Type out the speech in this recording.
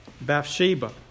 Bathsheba